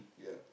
yeah